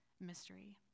mystery